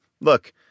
look